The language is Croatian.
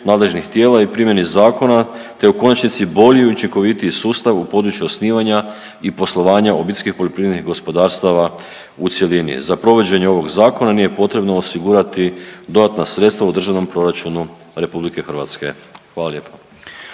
nadležnih tijela i primjeni Zakona te u konačnici bolji i učinkovitiji sustav u području osnivanja i poslovanja OPG-a u cjelini. Za provođenje ovog zakona nije potrebno osigurati dodatna sredstva u državnom proračunu RH. Hvala lijepo.